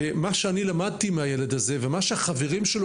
מה שאני למדתי מהילד הזה ומה שהחברים שלו